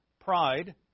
Pride